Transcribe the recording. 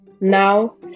Now